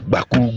Baku